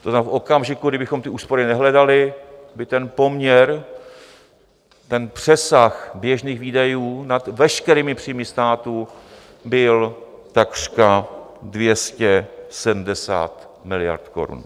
To znamená, v okamžiku, kdy bychom ty úspory nehledali, by ten poměr, ten přesah běžných výdajů nad veškerými příjmy státu byl takřka 270 miliard korun.